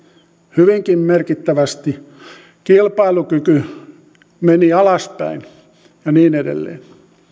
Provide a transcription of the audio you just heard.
hyvinkin merkittävästi kilpailukyky meni alaspäin ja niin edelleen